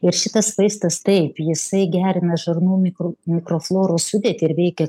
ir šitas vaistas taip jisai gerina žarnų mikro mikrofloros sudėtį ir veikia